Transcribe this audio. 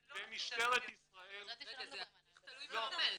במשטרת ישראל --- אבל זה הליך תלוי ועומד.